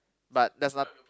but there's na~